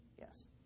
Yes